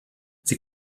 sie